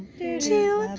do